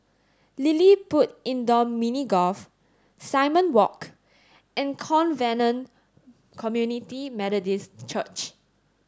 LilliPutt Indoor Mini Golf Simon Walk and Covenant Community Methodist Church